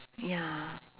ya